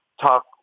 talk